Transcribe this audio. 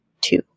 two